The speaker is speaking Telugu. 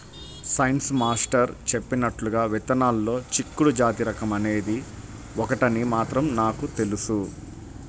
సైన్స్ మాస్టర్ చెప్పినట్లుగా విత్తనాల్లో చిక్కుడు జాతి రకం అనేది ఒకటని మాత్రం నాకు తెలుసు